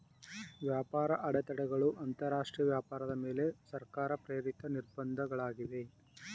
ವ್ಯಾಪಾರ ಅಡೆತಡೆಗಳು ಅಂತರಾಷ್ಟ್ರೀಯ ವ್ಯಾಪಾರದ ಮೇಲೆ ಸರ್ಕಾರ ಪ್ರೇರಿತ ನಿರ್ಬಂಧ ಗಳಾಗಿವೆ